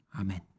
Amen